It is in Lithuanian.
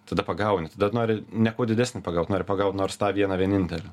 tada pagauni tada nori ne kuo didesnį pagaut nori pagaut nors tą vieną vienintelę